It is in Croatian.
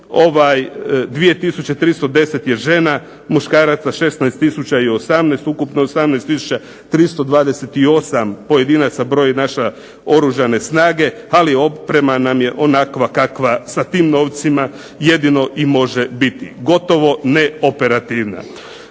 2310 je žena, muškaraca 16 tisuća 18, ukupno 18 tisuća 328 pojedinaca broje naše Oružane snage, ali oprema nam je onakva kakva sa tim novcima jedino i može biti, gotovo neoperativna.